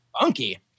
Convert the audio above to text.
funky